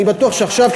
אני בטוח שעכשיו,